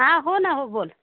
हां हो ना हो बोल